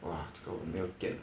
!wah! 这个我没有电